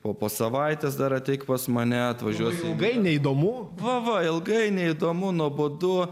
o po savaitės dar ateik pas mane atvažiuos ilgai neįdomu buvo ilgai neįdomu nuobodu